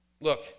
look